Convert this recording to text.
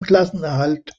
klassenerhalt